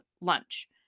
lunch